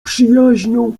przyjaźnią